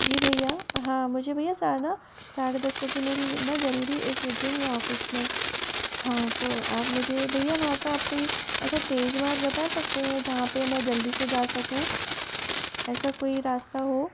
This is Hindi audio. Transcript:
जी भैया हाँ मुझे भैया साना साढ़े दस बजे मेरी है ना ज़रूरी एक मीटिंग है ऑफ़िस में हाँ तो आप मुझे भैया वहाँ का आप कोई अच्छा तेज़ मार्ग बता सकते हैं जहाँ पे मैं जल्दी से जा सकूँ ऐसा कोई रास्ता हो